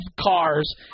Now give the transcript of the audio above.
cars